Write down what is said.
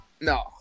No